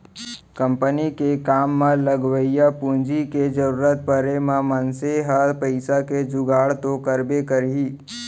company के काम म लगवइया पूंजी के जरूरत परे म मनसे ह पइसा के जुगाड़ तो करबे करही